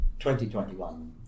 2021